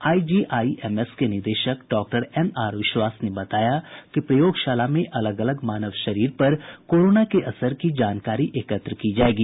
IGIMS के निदेशक doctor NR Vishwas ने बताया कि प्रयोगशाला में अलग अलग मानव शरीर पर कोरोना के असर की जानकारी एकत्र की जायेगी